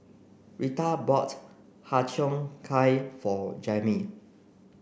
Reatha bought Har Cheong Gai for Jamir